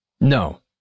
No